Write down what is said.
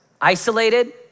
isolated